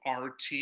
RT